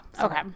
Okay